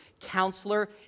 counselor